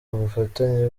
ubufatanye